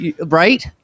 right